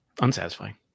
unsatisfying